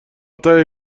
تهیه